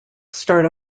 start